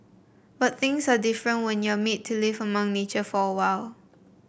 but things are different when you're made to live among nature for awhile